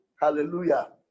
Hallelujah